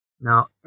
Now